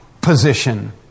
position